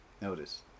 Notice